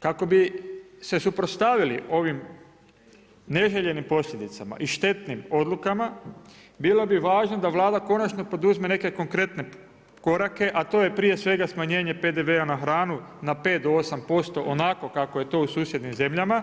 Kako bi se suprotstavili ovim neželjenim posljedicama i štetnim odlukama bilo bi važno da Vlada konačno poduzme neke konkretne korake a to je prije svega smanjenje PDV-a na hranu na 5 do 8% onako kako je to u susjednim zemljama,